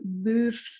move